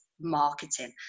marketing